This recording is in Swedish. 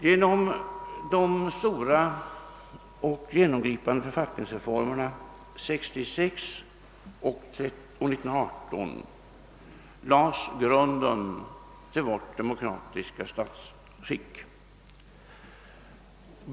Genom de stora och genomgripande författningsreformerna 1866 och 1918 lades grunden till vårt demokratiska statsskick.